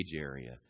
area